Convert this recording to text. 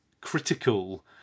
critical